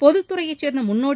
பொதுத் துறையைச் சேர்ந்த முன்னோடி